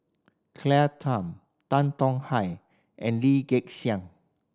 Claire Tham Tan Tong Hye and Lee Gek Seng